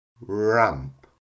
ramp